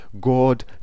God